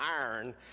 iron